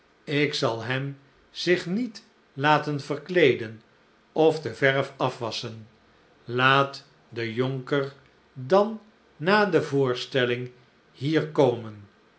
ik zal hem zich niet laten verkleeden of de verf afwasschen laat de jonker dan na de voorstelling hier komen